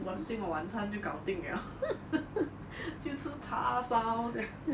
我的今晚晚餐就搞定了 就吃叉烧这样